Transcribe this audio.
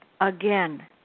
Again